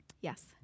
Yes